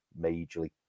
majorly